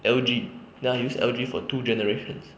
L_G then I use L_G for two generation